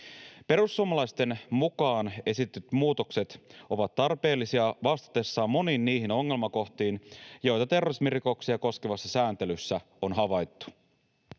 Perussuomalaisten mukaan esitetyt muutokset ovat tarpeellisia vastatessaan moniin niihin ongelmakohtiin, joita terrorismirikoksia koskevassa sääntelyssä on havaittu.